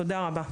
תודה רבה.